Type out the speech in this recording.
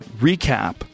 recap